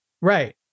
Right